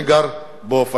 אני גר באופקים,